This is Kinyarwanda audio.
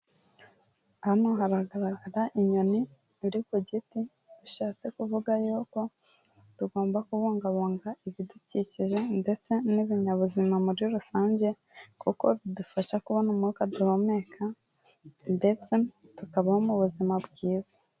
Hano haragaragara inyoni iri ku giti, bishatse kuvuga yuko tugomba kubungabunga ibidukikije ndetse n'ibinyabuzima muri rusange kuko bidufasha kubona umwuka duhumeka ndetse tukabaho mu buzima bwiza.